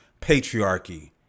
patriarchy